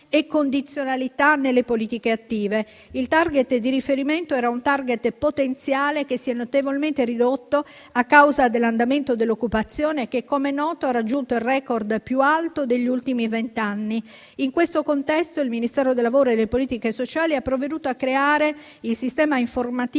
e condizionalità nelle politiche attive. Il *target* di riferimento era un *target* potenziale che si è notevolmente ridotto a causa dell'andamento dell'occupazione che, come è noto, ha raggiunto il *record* più alto degli ultimi vent'anni. In questo contesto, il Ministero del lavoro e delle politiche sociali ha provveduto a creare il sistema informativo